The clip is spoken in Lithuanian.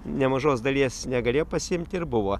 nemažos dalies negalėjo pasiimti ir buvo